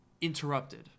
interrupted